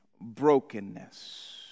brokenness